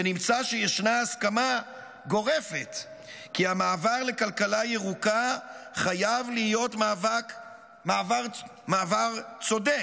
ונמצא שישנה הסכמה גורפת כי המעבר לכלכלה ירוקה חייב להיות מעבר צודק.